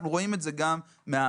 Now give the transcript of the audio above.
אנחנו רואים את זה גם מהמחקרים,